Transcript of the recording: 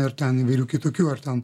ir ten įvairių kitokių ar ten